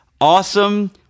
awesome